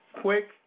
quick